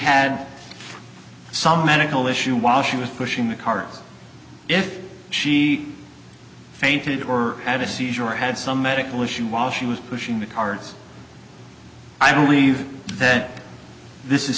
had some medical issue while she was pushing the car if she fainted or had a seizure or had some medical issue while she was pushing the car i don't leave that this is